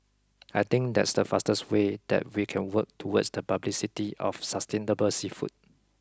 I think that's the fastest way that we can work towards the publicity of sustainable seafood